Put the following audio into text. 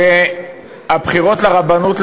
שהבחירות לרבנות,